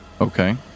Okay